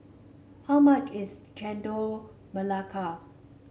how much is Chendol Melaka